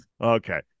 Okay